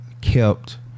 kept